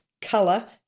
color